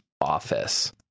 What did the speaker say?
office